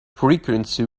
frequency